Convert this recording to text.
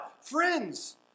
Friends